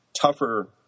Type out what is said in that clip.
tougher